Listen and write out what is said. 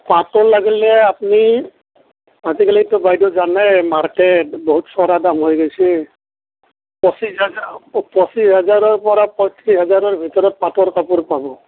পাটৰ লাগিলে আপুনি আজিকালিতো বাইদেউ জানেই মাৰ্কেট বহুত চৰা দাম হৈ গৈছে পঁচিছ হেজাৰ পঁচিছ হেজাৰৰ পৰা পঁয়ত্ৰিছ হেজাৰৰ ভিতৰত পাটৰ কাপোৰ পাব